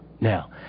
Now